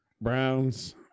Browns